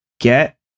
get